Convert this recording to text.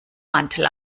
mantel